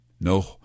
no